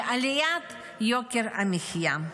ועליית יוקר המחיה.